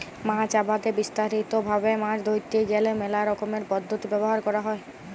মাছ আবাদে বিস্তারিত ভাবে মাছ ধরতে গ্যালে মেলা রকমের পদ্ধতি ব্যবহার ক্যরা হ্যয়